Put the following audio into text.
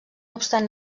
obstant